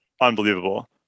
unbelievable